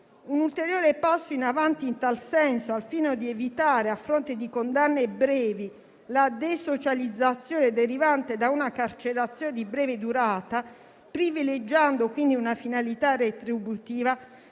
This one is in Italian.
Un ulteriore passo in avanti in tal senso, al fine di evitare, a fronte di condanne brevi, la desocializzazione derivante da una carcerazione di breve durata, privilegiando quindi una finalità retributiva,